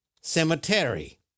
cemetery